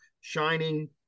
shining